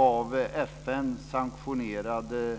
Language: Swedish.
Av FN sanktionerade